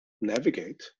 navigate